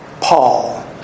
Paul